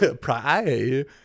pray